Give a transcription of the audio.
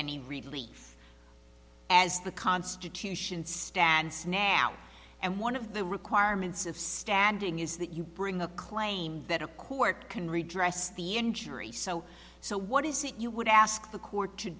any relief as the constitution stands now and one of the requirements of standing is that you bring a claim that a court can redress the injury so so what is it you would ask the court to